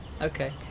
Okay